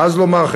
ואז לומר,